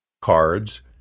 cards